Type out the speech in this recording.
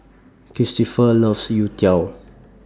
Kristoffer loves Youtiao